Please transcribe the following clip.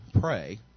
pray